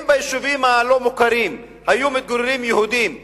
אם ביישובים הלא-מוכרים היו מתגוררים יהודים,